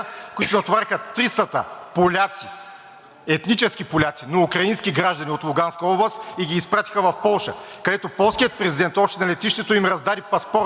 където полският президент още на летището им раздаде паспортите и ги призна за полски граждани – граждани на Европейския съюз. България не предприе никакви такива мерки, за да защити българите.